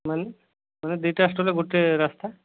ମାନେ ମାନେ ଦୁଇଟା ଷ୍ଟଲ୍ରେ ଗୋଟେ ରାସ୍ତା